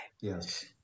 yes